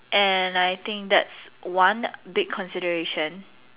and I think that's one big consideration